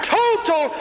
total